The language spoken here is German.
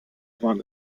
waren